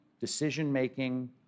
decision-making